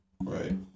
Right